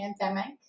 pandemic